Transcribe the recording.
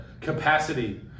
capacity